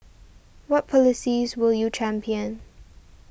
what policies will you champion